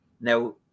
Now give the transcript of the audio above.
Now